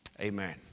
Amen